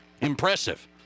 Impressive